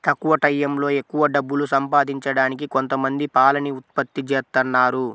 తక్కువ టైయ్యంలో ఎక్కవ డబ్బులు సంపాదించడానికి కొంతమంది పాలని ఉత్పత్తి జేత్తన్నారు